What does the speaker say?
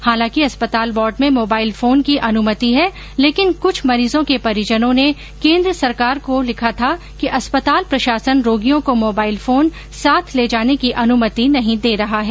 हालांकि अस्पताल वार्ड में मोबाइल फोन की अनुमति है लेकिन कुछ मरीजों के परिजनों ने केन्द्र सरकार को लिखा था कि अस्पताल प्रशासन रोगियों को मोबाइल फोन साथ ले जाने की अनुमति नहीं दे रहा है